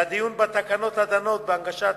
והדיון בתקנות הדנות בהנגשת